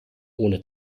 ohne